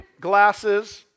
glasses